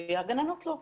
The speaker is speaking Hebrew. והגננות לא?